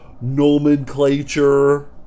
nomenclature